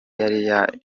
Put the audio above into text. yari